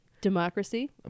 Democracy